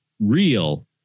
real